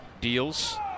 deals